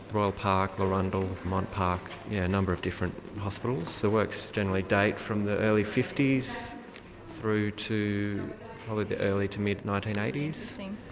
royal park, larundel, mont park, yeah a number of different hospitals. the works generally date from the early fifty s through to probably the early to mid nineteen eighty s.